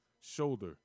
Shoulder